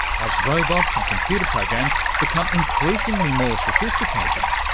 as robots and computer programs become increasingly more sophisticated,